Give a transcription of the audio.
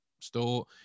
store